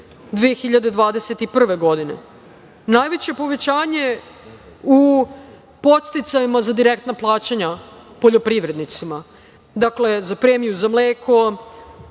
2021. godine. Najveće povećanje u podsticajima za direktna plaćanja poljoprivrednicima, dakle, za premiju za mleko,